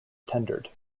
tendered